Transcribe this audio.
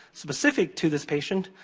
specific to this patient,